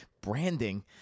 Branding